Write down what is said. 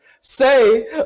say